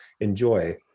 enjoy